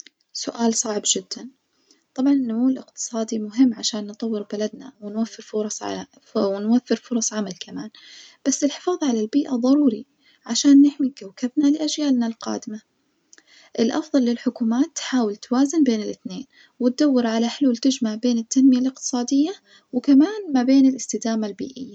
سؤال صعب جدا، طبعًا النمو الاقتصادي مهم عشان نطور بلدنا ونوفر فرص ونوفر فرص عمل كمان، بس الحفاظ على البيئة ظروري عشان نحمي كوكبنا لأجيالنا القادمة، الأفظل للحكومات تحاول توازن بين الاثنين وتدور على حلول تجمع بين التنمية الاقتصادية وكمان ما بين الاستدامة البيئية.